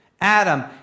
Adam